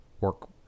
work